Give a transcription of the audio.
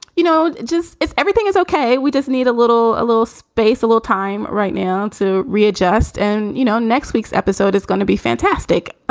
you know, just it's everything is ok we just need a little a little space, a little time right now to readjust. and, you know, next week's episode is going to be fantastic,